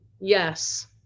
Yes